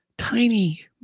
Tiny